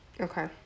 Okay